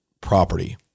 property